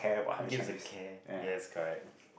gives a care yes correct